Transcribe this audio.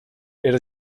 era